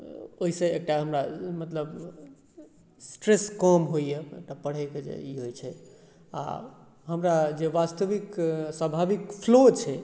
ओहिसॅं एकटा हमरा मतलब स्ट्रेस कम होइया मतलब पढ़ैके जे ई होइ छै आ हमरा जे वास्तविक स्वाभाविक फ्लो छै